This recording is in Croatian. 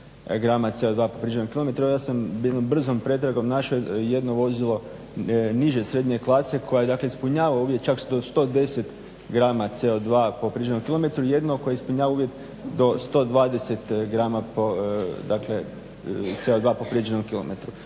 grama CO2. po prijeđenom km. Ja sam jednom brzom pretragom našao jedno vozilo niže srednje klase koji je dakle ispunjavao uvjet čak do 110 grama CO2 po prijeđenom km, jedino koji je ispunjavao uvjet do 120 grama CO2 po prijeđenom km.